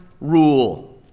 rule